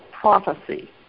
prophecy